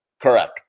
Correct